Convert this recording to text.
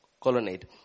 colonnade